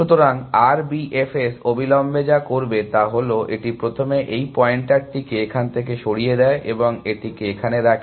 সুতরাং R B F S অবিলম্বে যা করবে তা হল এটি প্রথমে এই পয়েন্টারটিকে এখান থেকে সরিয়ে দেয় এবং এটিকে এখানে রাখে